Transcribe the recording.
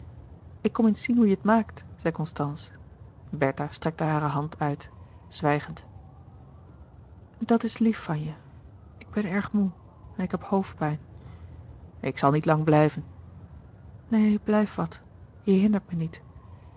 ik kom eens zien hoe je het maakt zei constance bertha strekte hare hand uit zwijgend dat is lief van je ik ben erg moê en ik heb hoofdpijn ik zal niet lang blijven neen blijf wat je hindert me niet